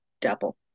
double